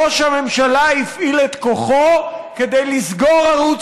ראש הממשלה הפעיל את כוחו כדי לסגור ערוץ